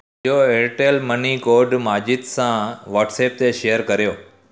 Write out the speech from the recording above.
इहो Airtel money code Majid सां WhatsApp ते शेयर कर्यो